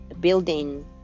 building